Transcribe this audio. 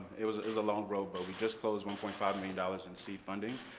it was it was a long road, but we just closed one point five million dollars in seed funding,